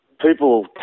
people